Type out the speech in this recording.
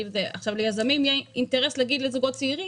ליזמים יהיה אינטרס להגיד לזוגות צעירים,